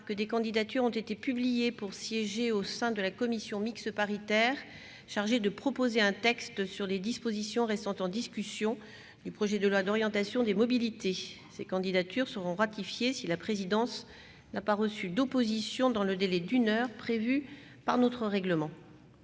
que des candidatures ont été publiées pour siéger au sein de la commission mixte paritaire chargée de proposer un texte sur les dispositions restant en discussion du projet de loi d'orientation des mobilités. Ces candidatures seront ratifiées si la présidence n'a pas reçu d'opposition dans le délai d'une heure prévu par notre règlement.